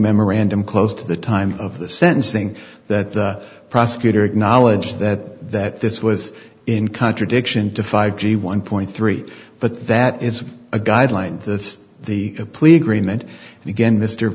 memorandum close to the time of the sentencing that the prosecutor acknowledged that that this was in contradiction to five g one point three but that is a guideline to the a plea agreement and again m